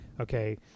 okay